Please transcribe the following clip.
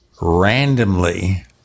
randomly